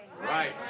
right